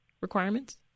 requirements